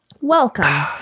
Welcome